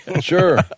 Sure